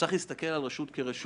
צריך להסתכל על כל רשות כרשות,